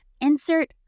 insert